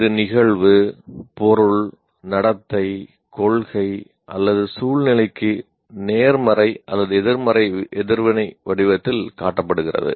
இது நிகழ்வு பொருள் நடத்தை கொள்கை அல்லது சூழ்நிலைக்கு நேர்மறை அல்லது எதிர்மறை எதிர்வினை வடிவத்தில் காட்டப்படுகிறது